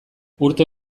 urte